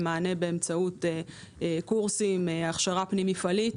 מענה באמצעות קורסים או הכשרה פנים-מפעלית.